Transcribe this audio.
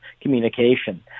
communication